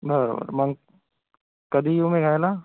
बरं बरं मग कधी येऊ मी घ्यायला